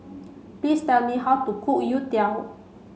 please tell me how to cook Youtiao